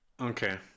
Okay